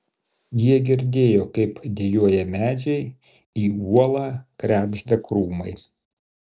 jie girdėjo kaip dejuoja medžiai į uolą krebžda krūmai